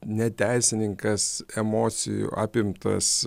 neteisininkas emocijų apimtas